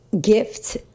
gift